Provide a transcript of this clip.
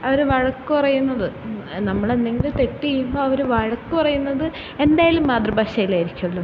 അവർ വഴക്കു പറയുന്നത് നമ്മളെന്തെങ്കിലും തെറ്റ് ചെയ്യുമ്പോഴവർ വഴക്കു പറയുന്നത് എന്തായാലും മാതൃഭാഷയിലായിരിക്കുമല്ലോ